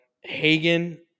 Hagen